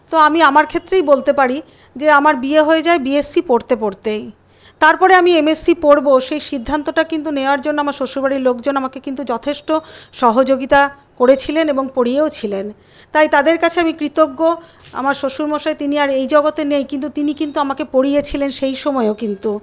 তো আমি আমার ক্ষেত্রেই বলতে পারি যে আমার বিয়ে হয়ে যায় বিএসসি পড়তে পড়তেই তারপরে আমি এমএসসি পড়ব সেই সিদ্ধান্তটা কিন্তু নেওয়ার জন্য আমার শ্বশুরবাড়ির লোকজন আমাকে কিন্তু যথেষ্ট সহযোগিতা করেছিলেন এবং পড়িয়েওছিলেন তাই তাদের কাছে আমি কৃতজ্ঞ আমার শ্বশুরমশাই তিনি আর এই জগতে নেই কিন্তু তিনি কিন্তু আমাকে পড়িয়েছিলেন সেই সময়েও কিন্তু